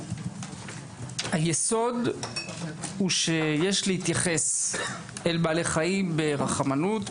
שהיסוד הוא שיש להתייחס אל בעלי חיים ברחמנות,